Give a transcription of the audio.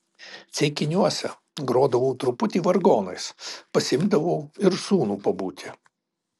ceikiniuose grodavau truputį vargonais pasiimdavau ir sūnų pabūti